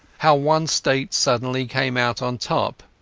how one state suddenly came out on top,